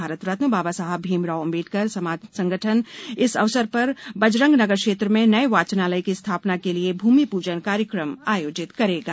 भारतरत्न बाबा साहब भीमराव आंबेडकर समाज संगठन इस अवसर पर बजरंग नगर क्षेत्र में नए वाचनालय की स्थापना के लिए भूमिपूजन कार्यक्रम आयोजित करेगा